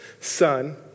son